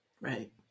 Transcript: Right